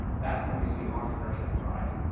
that's when we see entrepreneurship thrive,